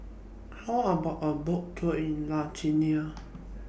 How about A Boat Tour in Lithuania